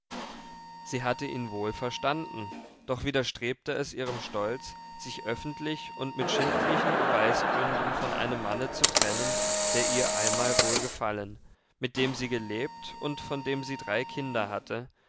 sie hatte ihn wohl verstanden doch widerstrebte es ihrem stolz sich öffentlich und mit schimpflichen beweisgründen von einem manne zu trennen der ihr einmal wohlgefallen mit dem sie gelebt und von dem sie drei kinder hatte